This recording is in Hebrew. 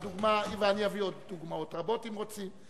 ואני אביא עוד דוגמאות רבות, אם רוצים.